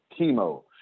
chemo